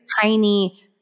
tiny –